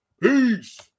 Peace